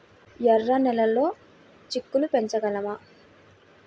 ఎర్ర నెలలో చిక్కుళ్ళు పెంచగలమా?